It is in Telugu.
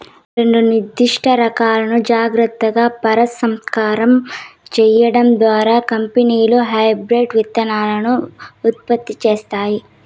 రెండు నిర్దిష్ట రకాలను జాగ్రత్తగా పరాగసంపర్కం చేయడం ద్వారా కంపెనీలు హైబ్రిడ్ విత్తనాలను ఉత్పత్తి చేస్తాయి